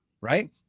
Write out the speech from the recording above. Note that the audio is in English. right